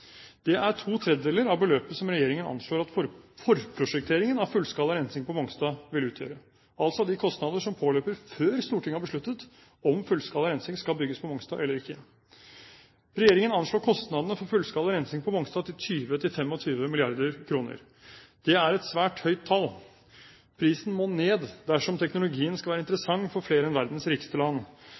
Det er to tredjedeler av beløpet som regjeringen anslår at forprosjekteringen av fullskala rensing på Mongstad vil utgjøre, altså de kostnader som påløper før Stortinget har besluttet om fullskala rensing skal bygges på Mongstad eller ikke. Regjeringen anslår kostnadene for fullskala rensing på Mongstad til 20–25 mrd. kr. Det er et svært høyt tall. Prisen må ned dersom teknologien skal være interessant for flere enn verdens rikeste land.